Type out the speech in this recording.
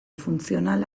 funtzional